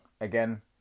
again